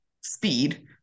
speed